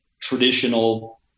traditional